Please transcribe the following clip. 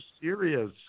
serious